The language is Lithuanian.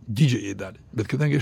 didžiajai daliai bet kadangi aš